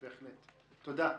תודה.